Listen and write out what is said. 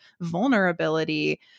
vulnerability